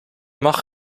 mag